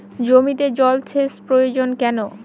জমিতে জল সেচ প্রয়োজন কেন?